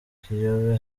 kiyobe